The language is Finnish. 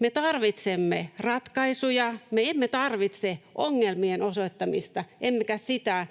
Me tarvitsemme ratkaisuja. Me emme tarvitse ongelmien osoittamista emmekä sitä